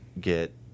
get